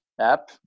app